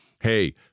hey